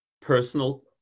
personal